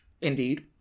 Indeed